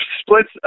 splits